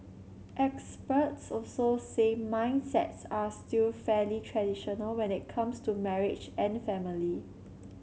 experts also say mindsets are still fairly traditional when it comes to marriage and family